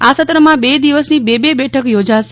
આ સત્રમાં બે દિવસની બે બેઠકો યોજાશે